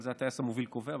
אבל הטייס המוביל קובע,